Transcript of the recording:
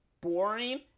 boring